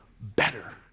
better